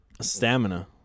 Stamina